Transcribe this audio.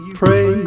pray